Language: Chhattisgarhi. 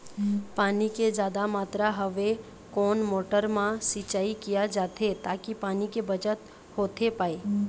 पानी के जादा मात्रा हवे कोन मोटर मा सिचाई किया जाथे ताकि पानी के बचत होथे पाए?